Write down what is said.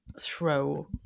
throw